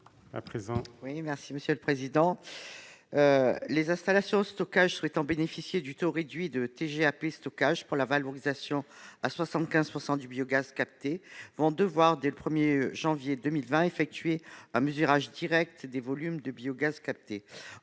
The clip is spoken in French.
Mme Viviane Malet. Les installations de stockage souhaitant bénéficier du taux réduit de TGAP stockage pour la valorisation à 75 % du biogaz capté vont devoir effectuer un mesurage direct des volumes de biogaz captés